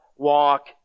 walk